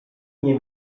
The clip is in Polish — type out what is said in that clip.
nie